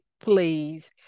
please